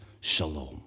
shalom